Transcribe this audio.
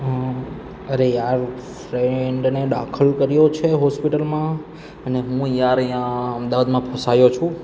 અરે યાર ફ્રેન્ડને દાખલ કર્યો છે હોસ્પિટલમાં અને હું યાર અહાંયા અમદાવાદમાં ફસાયો છું